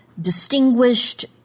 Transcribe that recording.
distinguished